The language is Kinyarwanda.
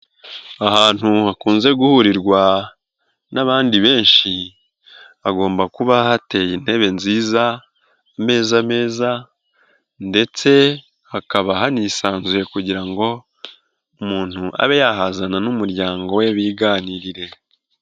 Ahantu hakunze guhurirwa n'abandi benshi, agomba kuba hateye intebe nziza, ameza meza ndetse hakaba hanisanzuye kugira ngo umuntu abe yahazana n'umuryango we biganirire.